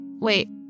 Wait